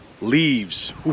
leaves